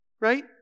Right